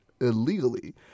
illegally